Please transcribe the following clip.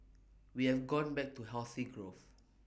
we have gone back to healthy growth